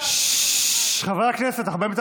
ישראל אייכלר, אינו משתתף